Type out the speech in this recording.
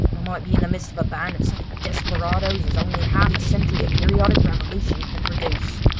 i might be in the midst of a band of such desperadoes as only half a century of periodic revolution can produce.